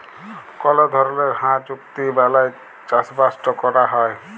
call ধরলের হাঁ চুক্তি বালায় চাষবাসট ক্যরা হ্যয়